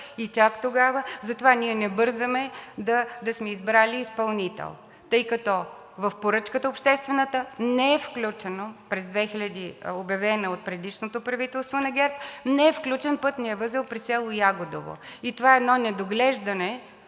и чак тогава… Затова ние не бързаме да сме избрали изпълнител, тъй като в обществената поръчка не е включено, обявено от предишното правителство на ГЕРБ, не е включен пътният възел при село Ягодово. И това е едно недоглеждане.